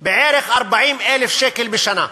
זה בערך 40,000 שקל בשנה.